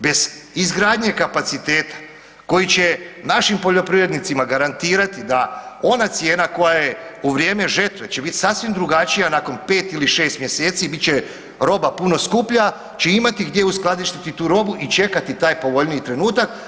Bez izgradnje kapaciteta koji će našim poljoprivrednicima garantirati da ona cijena koja je u vrijeme žetve će bit sasvim drugačija nakon 5 ili 6 mjeseci bit će roba puno skuplja će imati gdje uskladištiti tu robu i čekati taj povoljniji trenutak.